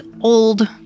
old